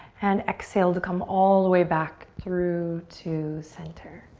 and exhale to come all the way back through to center.